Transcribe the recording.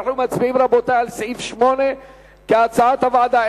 רבותי, אנחנו מצביעים על סעיף 8 כהצעת הוועדה.